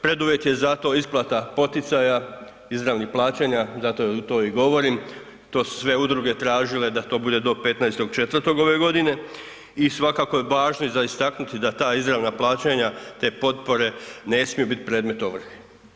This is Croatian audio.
Preduvjet je za to isplata poticaja izravnih plaćanja, zato to i govorim, to su sve udruge tražile da to bude do 15.4. ove godine i svakako je važno za istaknuti da ta izravna plaćanja te potpore ne smiju biti predmet ovrhe.